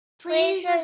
Please